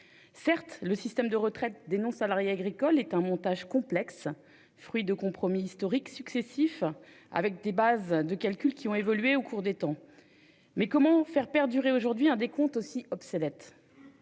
Certes, le système de retraite des non-salariés agricoles est un montage complexe, fruit de compromis historiques successifs reposant sur des bases de calcul qui ont évolué au cours du temps. Cependant, comment faire perdurer un décompte aussi obsolète ?